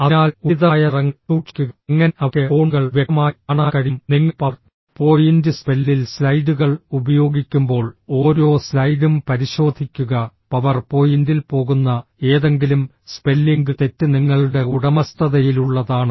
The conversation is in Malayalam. അതിനാൽ ഉചിതമായ നിറങ്ങൾ സൂക്ഷിക്കുക അങ്ങനെ അവയ്ക്ക് ഫോണ്ടുകൾ വ്യക്തമായി കാണാൻ കഴിയും നിങ്ങൾ പവർ പോയിന്റ് സ്പെല്ലിൽ സ്ലൈഡുകൾ ഉപയോഗിക്കുമ്പോൾ ഓരോ സ്ലൈഡും പരിശോധിക്കുക പവർ പോയിന്റിൽ പോകുന്ന ഏതെങ്കിലും സ്പെല്ലിംഗ് തെറ്റ് നിങ്ങളുടെ ഉടമസ്ഥതയിലുള്ളതാണ്